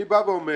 אני בא ואומר